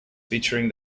featuring